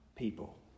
people